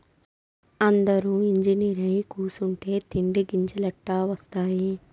అందురూ ఇంజనీరై కూసుంటే తిండి గింజలెట్టా ఒస్తాయి